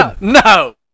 No